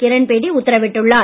கிரண் பேடி உத்தரவிட்டுள்ளார்